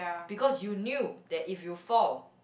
because you knew that if you fall